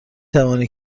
توانی